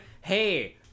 hey